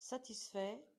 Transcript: satisfait